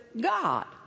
God